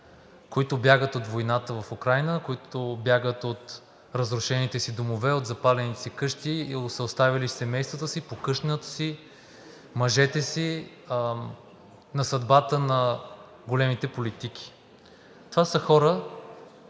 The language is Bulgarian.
които бягат от войната в Украйна, които бягат от разрушените си домове, от запалените си къщи и са оставили семействата си, покъщнината си, мъжете си на съдбата на големите политики. Това са хора,